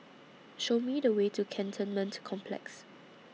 Show Me The Way to Cantonment Complex